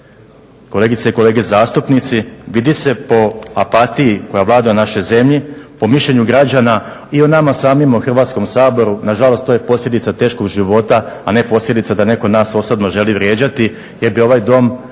Kolegice i kolege zastupnici vidi se po apatiji koja vlada u našoj zemlji, po mišljenju građana i o nama samima u Hrvatskom saboru, nažalost, to je posljedica teškog života a ne posljedica da netko nas osobno želi vrijeđati jer bi ovaj Dom